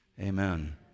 amen